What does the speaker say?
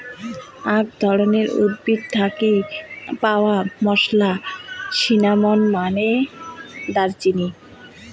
আক ধরণের উদ্ভিদ থাকি পাওয়া মশলা, সিন্নামন মানে দারুচিনি